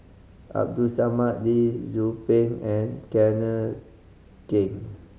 Abdul Samad Lee Tzu Pheng and Kenneth Keng